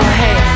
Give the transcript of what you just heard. hey